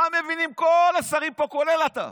מה מבינים כל השרים פה, כולל אתה?